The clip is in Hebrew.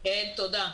כן, תודה.